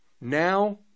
Now